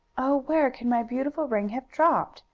oh, where can my beautiful ring have dropped?